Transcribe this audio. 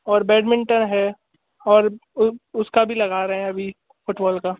और बैटमिंटन है और उ उसका भी लगा रहे हैं अभी फुटबॉल का